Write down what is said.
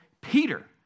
Peter